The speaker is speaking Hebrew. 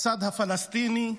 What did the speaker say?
בצד הפלסטיני,